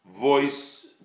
voice